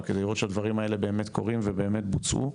כדי לראות שהדברים האלה באמת קורים ובאמת בוצעו.